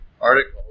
article